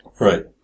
Right